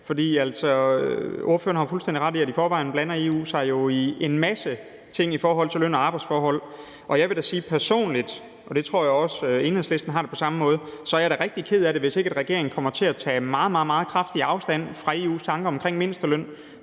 For ordføreren har jo fuldstændig ret i, at EU i forvejen blander sig i en masse ting i forhold til løn- og arbejdsforhold. Og jeg vil da sige, at personligt, og jeg tror også, at Enhedslisten har det på samme måde, er jeg da rigtig ked af det, hvis ikke regeringen kommer til at tage meget, meget kraftig afstand fra EU's tanker omkring mindsteløn.